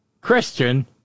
Christian